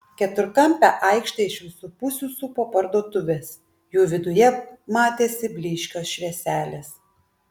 keturkampę aikštę iš visų pusių supo parduotuvės jų viduje matėsi blyškios švieselės